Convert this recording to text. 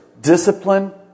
Discipline